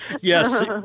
Yes